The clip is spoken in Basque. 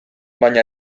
baina